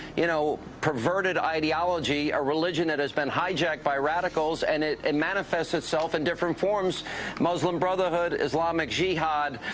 you know, perverted ideology, a religion that has been hijacked by radicals, and it and manifests itself in different forms n muslim brotherhood, islamic jihad,